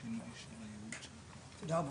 כי אנחנו חושבים שהוא חשוב מאוד.